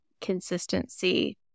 consistency